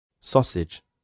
Sausage